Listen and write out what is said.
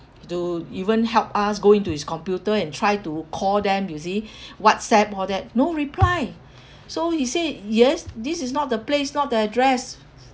to even help us go into his computer and try to call them you see whatsapp all that no reply so he say yes this is not the place not the address